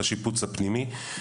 שלום לכולם,